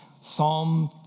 Psalm